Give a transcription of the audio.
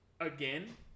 again